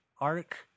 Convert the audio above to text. arc